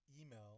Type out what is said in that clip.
email